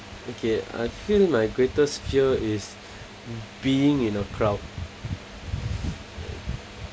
okay I feel my greatest fear is being in a crowd